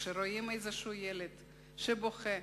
כשאתם רואים ילד בוכה,